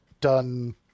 done